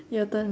your turn